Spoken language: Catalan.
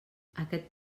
aquest